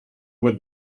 would